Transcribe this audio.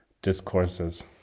Discourses